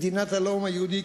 מדינת הלאום היהודי,